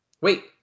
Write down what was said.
Wait